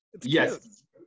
Yes